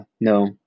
no